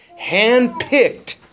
handpicked